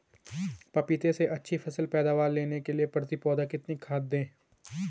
पपीते से अच्छी पैदावार लेने के लिए प्रति पौधा कितनी खाद दें?